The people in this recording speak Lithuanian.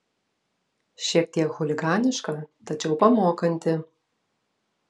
šiek tiek chuliganiška tačiau pamokanti